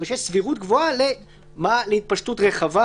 אבל שיש סבירות גבוהה להתפשטות רחבה,